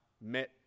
met